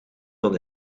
van